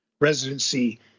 residency